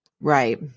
Right